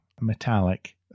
metallic